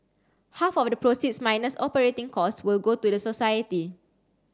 half of the proceeds minus operating costs will go to the society